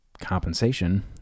compensation